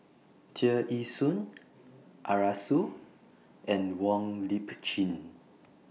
Tear Ee Soon Arasu and Wong Lip Chin